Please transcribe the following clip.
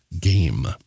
game